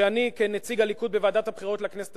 שאני כנציג הליכוד בוועדת הבחירות לכנסת